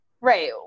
Right